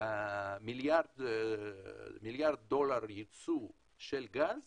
מיליארד דולר ייצוא של גז